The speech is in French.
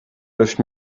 neuf